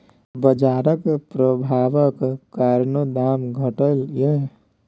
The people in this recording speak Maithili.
बजारक प्रभाबक कारणेँ दाम घटलै यै